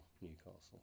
Newcastle